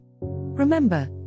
Remember